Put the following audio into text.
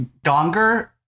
Gonger